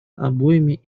обоими